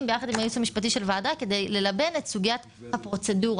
ביחד עם הייעוץ המשפטי של הוועדה כדי ללבן את סוגיית הפרוצדורה,